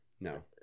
No